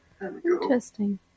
Interesting